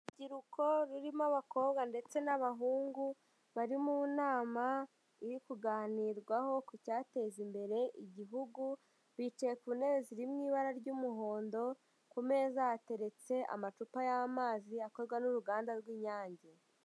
Urubyiruko rurimo abakobwa ndetse n'abahungu bari mu nama iri kuganirwaho ku cyateza imbere igihugu bicaye ku ntebe ziri mu ibara ry'umuhondo ku meza hateretse amacupa y'amazi akorwa n'uruganda rw'inyange.